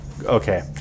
okay